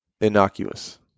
innocuous